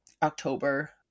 October